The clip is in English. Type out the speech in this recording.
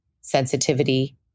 sensitivity